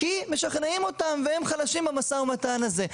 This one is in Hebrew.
כי משכנעים אותם והם חלשים במשא ומתן הזה.